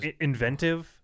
inventive